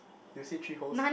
do you see three holes